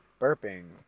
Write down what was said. burping